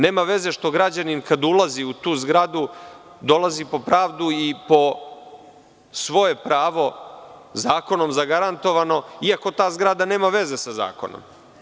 Nema veze što građanin kada ulazi u tu zgradu dolazi po pravdu i po svoje pravo zakonom zagarantovano, iako ta zgrada nema veze sa zakonom.